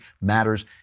matters